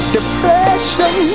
Depression